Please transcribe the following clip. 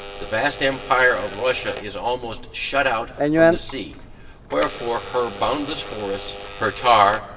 the vast empire of russia is almost shut out from the sea wherefore, her boundless forests, her tar,